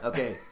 Okay